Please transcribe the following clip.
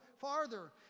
farther